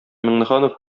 миңнеханов